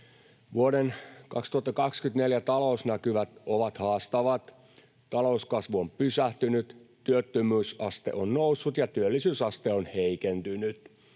Vuoden 2024 talousnäkymät ovat haastavat. Talouskasvu on pysähtynyt, työttömyysaste on noussut, ja työllisyysaste on heikentynyt.